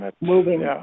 moving